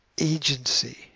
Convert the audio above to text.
Agency